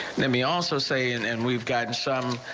let me also say in and we've got some.